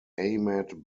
ahmed